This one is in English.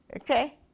okay